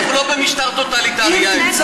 אנחנו לא במשטר טוטליטרי, יאיר.